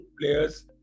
players